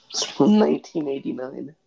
1989